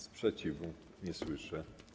Sprzeciwu nie słyszę.